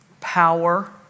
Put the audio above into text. power